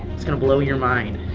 it's gonna blow your mind.